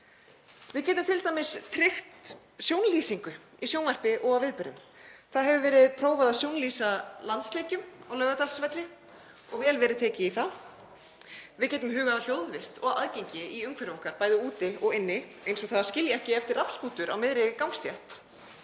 Við getum t.d. tryggt sjónlýsingu í sjónvarpi og á viðburðum. Það hefur verið prófað að sjónlýsa landsleikjum á Laugardalsvelli og vel verið tekið í það. Við getum hugað að hljóðvist og aðgengi í umhverfi okkar, bæði úti og inni, eins og að skilja ekki eftir rafskútur á miðri gangstétt.